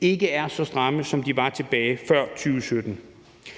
ikke er så stramme, som de var tilbage før 2017.